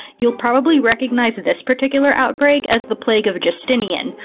you'll probably recognize this particular outbreak as the plague of justinian,